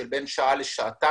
שבין שעה לשעתיים.